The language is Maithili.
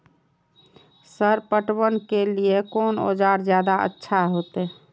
सर पटवन के लीऐ कोन औजार ज्यादा अच्छा होते?